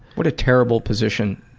what a terrible position.